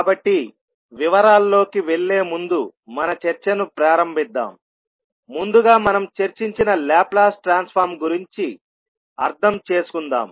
కాబట్టి వివరాల్లోకి వెళ్ళే ముందు మన చర్చను ప్రారంభిద్దాంముందుగా మనం చర్చించిన లాప్లాస్ ట్రాన్స్ఫార్మ్ గురించి అర్థం చేసుకుందాం